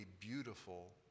beautiful